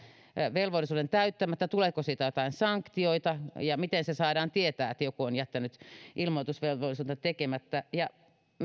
velvollisuuden täyttämättä niin tuleeko siitä jotain sanktioita ja miten saadaan tietää että joku on jättänyt ilmoitusvelvollisuutensa tekemättä